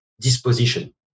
disposition